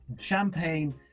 champagne